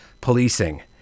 policing